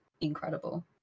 Incredible